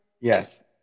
Yes